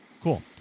cool